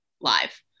live